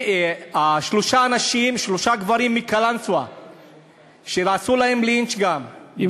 שלושה גברים מקלנסואה שעשו להם לינץ' בנתניה,